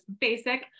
basic